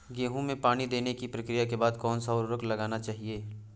गेहूँ में पानी देने की प्रक्रिया के बाद कौन सा उर्वरक लगाना चाहिए?